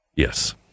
Yes